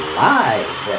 live